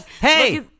hey